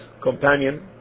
companion